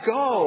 go